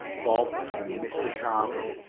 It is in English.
bob and mr. tarbill.